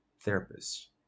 therapist